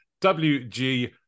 WG